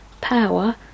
power